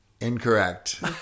Incorrect